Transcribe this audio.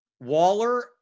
Waller